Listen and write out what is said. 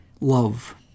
Love